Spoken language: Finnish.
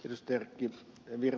myös kannatan ed